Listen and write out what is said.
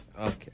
Okay